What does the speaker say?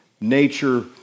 nature